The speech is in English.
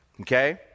Okay